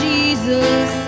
Jesus